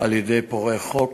על-ידי פורעי חוק.